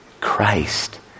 Christ